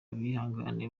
bihangane